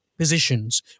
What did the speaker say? positions